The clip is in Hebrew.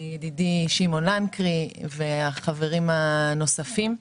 ידידי שמעון לנקרי והחברים הנוספים.